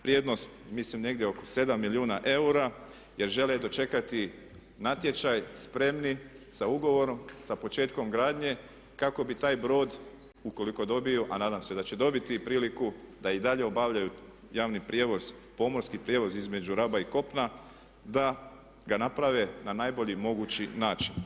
Vrijednost mislim negdje oko 7 milijuna eura jer žele dočekati natječaj spremni sa ugovorom, sa početkom gradnje kako bi taj broj ukoliko dobiju a nadam se da će dobiti priliku da i dalje obavljaju javni prijevoz, pomorski prijevoz između Raba i kopna, da ga naprave na najbolji mogući način.